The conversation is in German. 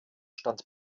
stand